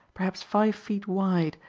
perhaps five feet wide,